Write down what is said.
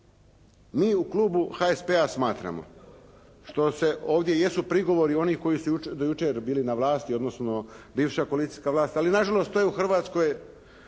mi u klubu HSP-a smatramo što se, ovdje jesu prigovoru koji su do jučer bili na vlasti, odnosno bivša politička vlast, ali nažalost to je u Hrvatskoj